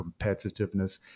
competitiveness